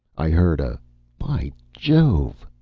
i heard a by jove!